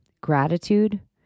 gratitude